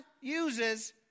uses